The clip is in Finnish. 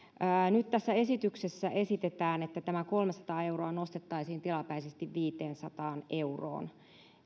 nyt tässä esityksessä esitetään että tämä kolmesataa euroa nostettaisiin tilapäisesti viiteensataan euroon